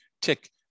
tick